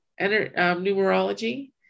numerology